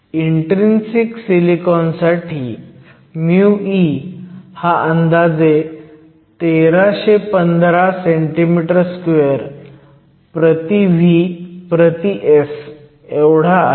intrinsic सिलिकॉनसाठी μe हा अंदाजे 1315 cm2 V 1 s 1 एवढा आहे